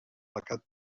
pecat